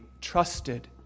trusted